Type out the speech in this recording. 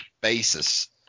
basis